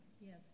yes